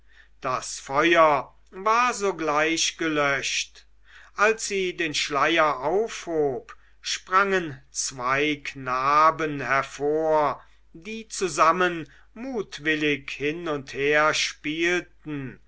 das feuer war sogleich gelöscht als sie den schleier aufhob sprangen zwei knaben hervor die zusammen mutwillig hin und her spielten